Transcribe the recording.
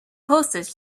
postage